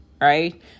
right